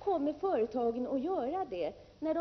Kommer företagen att göra det när